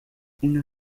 una